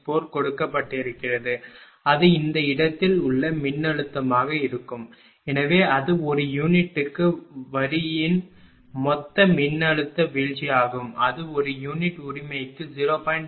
264 கொடுக்கப்பட்டிருக்கிறது அது இந்த இடத்தில் உள்ள மின்னழுத்தமாக இருக்கும் எனவே அது ஒரு யூனிட்டுக்கு வரியின் மொத்த மின்னழுத்த வீழ்ச்சியாகும் அது ஒரு யூனிட் உரிமைக்கு 0